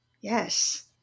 Yes